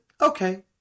okay